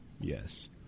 Yes